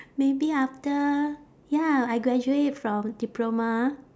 maybe after ya I graduate from diploma